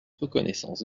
reconnaissance